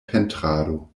pentrado